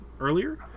earlier